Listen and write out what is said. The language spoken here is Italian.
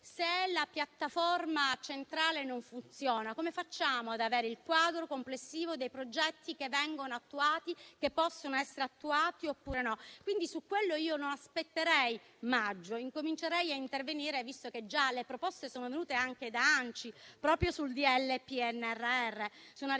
se la piattaforma centrale non funziona, come facciamo ad avere il quadro complessivo dei progetti che vengono attuati, che possono essere attuati oppure no? Su questo, quindi, io non aspetterei maggio, ma comincerei ad intervenire, visto che alcune proposte sono già arrivate, anche da ANCI, proprio sul decreto PNRR. Sono